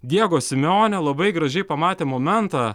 diego simeonė labai gražiai pamatė momentą